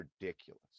ridiculous